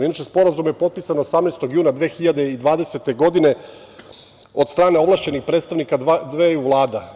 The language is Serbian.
Inače, Sporazum je potpisan 18. juna 2020. godine od strane ovlašćenih predstavnika dveju vlada.